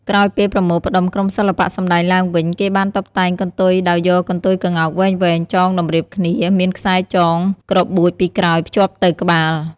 ក្រោយពេលប្រមូលផ្ដុំក្រុមសិល្បៈសម្ដែងឡើងវិញគេបានតុបតែងកន្ទុយដោយយកកន្ទុយក្ងោកវែងៗចងតម្រៀបគ្នាមានខ្សែចងក្របួចពីក្រោយភ្ជាប់ទៅក្បាល។